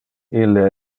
ille